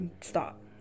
stop